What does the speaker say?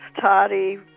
toddy